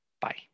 bye